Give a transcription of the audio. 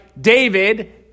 David